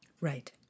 Right